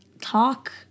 talk